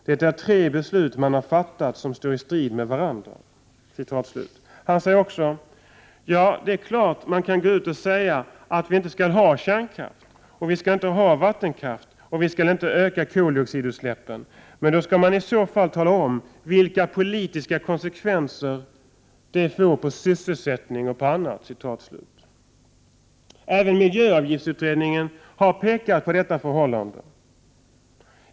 Det är tre beslut man har fattat som står i strid med varandra.” Han säger vidare: ”Jo, det är klart man kan gå ut och säga att vi inte skall ha kärnkraft och vi skall inte ha vattenkraft och vi skall inte öka koldioxidutsläppen. Men då skall man i så fall tala om vilka politiska konsekvenser de får på sysselsättning och på annat”. Även miljöavgiftsutredningen har pekat på detta förhållande.